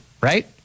right